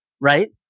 right